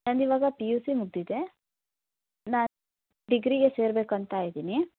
ನನ್ನದಿವಾಗ P U C ಮುಗಿದಿದೆ ನಾನು ಡಿಗ್ರಿಗೆ ಸೇರಬೇಕಂತ ಇದ್ದೀನಿ